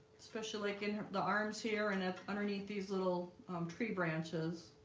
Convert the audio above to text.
especially like in the arms here and underneath these little um tree branches